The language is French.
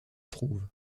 trouve